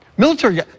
Military